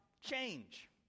change